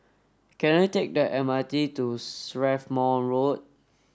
can I take the M R T to Strathmore Road